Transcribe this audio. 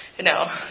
No